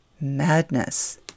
madness